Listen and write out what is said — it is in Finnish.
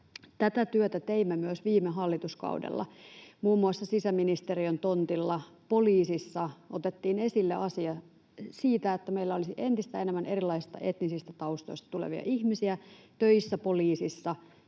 Tätä työtä teimme myös viime hallituskaudella. Muun muassa sisäministeriön tontilla poliisissa otettiin esille se asia, että meillä olisi entistä enemmän erilaisista etnisistä taustoista tulevia ihmisiä töissä poliisissa.